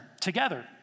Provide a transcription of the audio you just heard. together